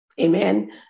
Amen